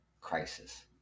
crisis